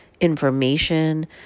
information